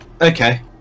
Okay